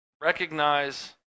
recognize